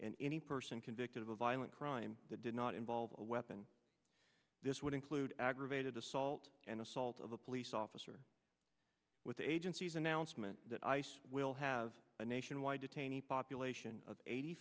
and any person convicted of a violent crime that did not involve a weapon this would include aggravated assault and assault of a police officer with agencies announcement that ice will have a nationwide detainees population of eighty